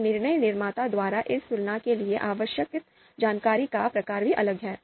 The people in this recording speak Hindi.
और निर्णय निर्माता द्वारा इस तुलना के लिए आवश्यक जानकारी का प्रकार भी अलग है